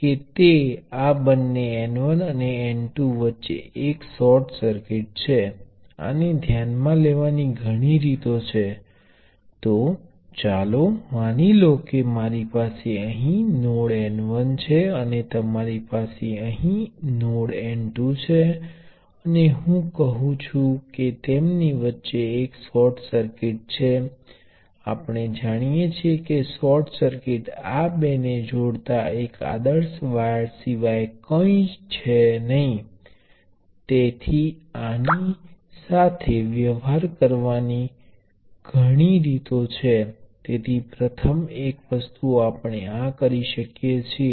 આપણે બીજા બે ટર્મિનલ એલિમેન્ટો મેળવીએ છીએ અને તે આ બે ટર્મિનલ એલિમેન્ટની લાક્ષણિકતા છે જેને આપણે નિર્ધારિત કરવાનો પ્રયાસ કરી રહ્યા છીએ